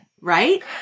right